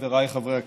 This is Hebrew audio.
חבריי חברי הכנסת,